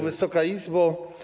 Wysoka Izbo!